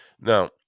Now